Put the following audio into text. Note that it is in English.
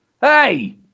Hey